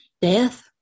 death